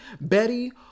Betty